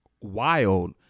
wild